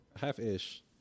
Half-ish